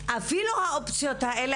אפילו האופציות האלה,